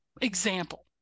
example